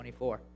24